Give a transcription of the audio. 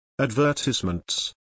Advertisements